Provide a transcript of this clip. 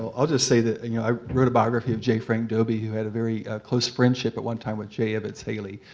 i'll just say that i wrote a biography of j frank dobie who had a very close friendship at one time with j evetts haley.